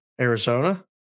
Arizona